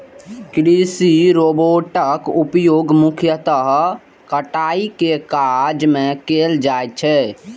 कृषि रोबोटक उपयोग मुख्यतः कटाइ के काज मे कैल जाइ छै